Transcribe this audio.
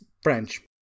French